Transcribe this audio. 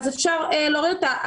אז אפשר להוריד אותה,